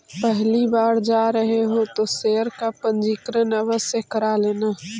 पहली बार जा रहे हो तो शेयर का पंजीकरण आवश्य करा लेना